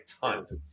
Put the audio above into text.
tons